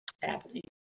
happening